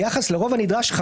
ביחס לרוב הנדרש,